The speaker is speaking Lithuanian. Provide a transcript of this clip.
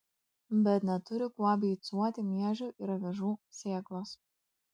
bet neturi kuo beicuoti miežių ir avižų sėklos